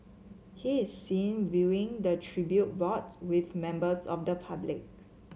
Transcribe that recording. he is seen viewing the tribute board with members of the public